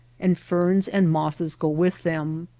and ferns and mosses go with them.